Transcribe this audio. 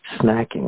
snacking